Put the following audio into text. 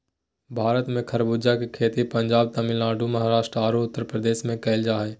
भारत में खरबूजा के खेती पंजाब, तमिलनाडु, महाराष्ट्र आरो उत्तरप्रदेश में कैल जा हई